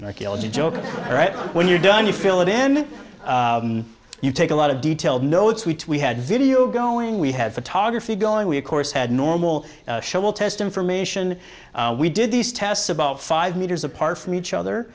in archaeology joke right when you're done you fill it in and then you take a lot of detailed notes which we had video going we had photography going we of course had normal schauble test information we did these tests about five meters apart from each other